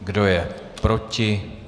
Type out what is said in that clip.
Kdo je proti?